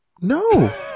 no